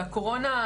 הקורונה,